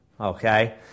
Okay